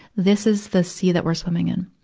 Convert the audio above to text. this is the sea that we're swimming in.